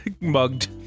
mugged